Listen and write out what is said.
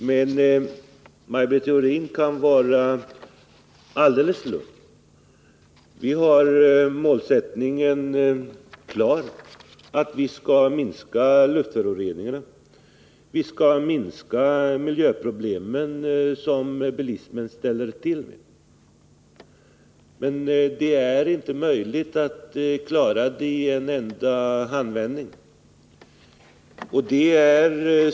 Men Maj Britt Theorin kan vara alldeles lugn: vi har målsättningen klar. Den går ut på att vi skall minska luftföroreningarna, och vi skall minska de miljöproblem som bilismen ställer till med. Det är emellertid inte möjligt att göra detta i en enda handvändning.